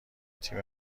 تیم